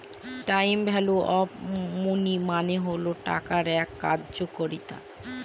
time value of money মানে হল টাকার এক কার্যকারিতা